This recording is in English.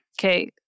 okay